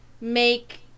make